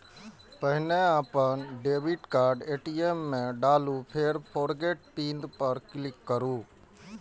पहिने अपन debit card ATM मे डालू, फेर फोरगेट पिन पर क्लिक करू